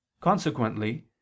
Consequently